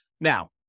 Now